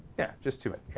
yeah just do it yeah